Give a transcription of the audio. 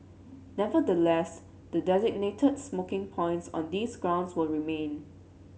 nevertheless the designated smoking points on these grounds will remain